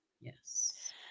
yes